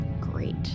Great